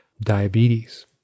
diabetes